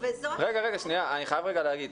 שנייה, אני חייב להגיד.